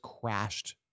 crashed